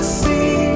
see